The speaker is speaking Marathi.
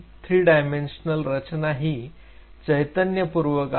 3 डायमेन्शनल रचनाही चैतन्य पूर्वक आहे